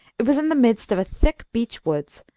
it was in the midst of a thick beech woods,